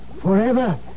forever